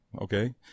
okay